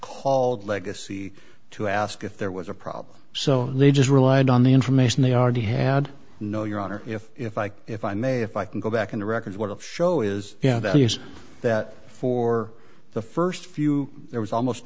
called legacy to ask if there was a problem so they just relied on the information they already had no your honor if if i if i may if i can go back in the records what show is yeah that is that for the first few there was almost